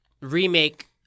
remake